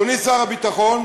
אדוני שר הביטחון,